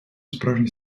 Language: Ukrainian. справжній